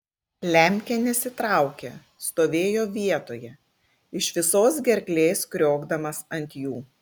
lemkė nesitraukė stovėjo vietoje iš visos gerklės kriokdamas ant jų